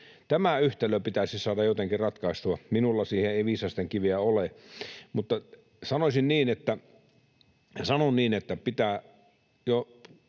Tämä yhtälö pitäisi saada jotenkin ratkaistua. Minulla siihen ei viisastenkiveä ole. Mutta sanon niin, että sen pitää jo